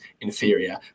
inferior